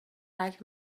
liked